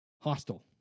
Hostel